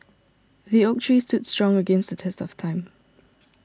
the oak tree stood strong against the test of time